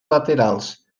laterals